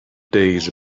days